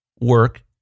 work